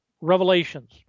revelations